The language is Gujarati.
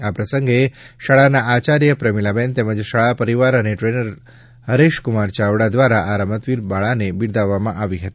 આ પ્રસંગે શાળાના આચાર્ય પ્રેમિલાબેન તેમજ શાળા પરિવાર અને ટ્રેનર ચાવડા હરેશકુમાર દ્વારા આ રમતવીર બાળાને બિરદાવી હતી